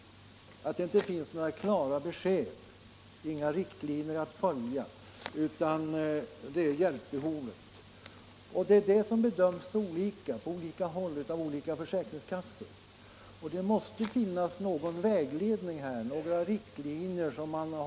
Det finns inga klara 13 maj 1976 besked, inga riktlinjer att följa, utan det är hjälpbehovet som skall avgöra, och det bedöms olika av olika försäkringskassor. Det måste finnas några — Om ändrad riktlinjer att följa.